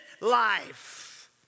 life